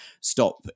stop